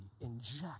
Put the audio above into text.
inject